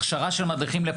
את מכירה את העבר שלי.